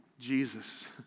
Jesus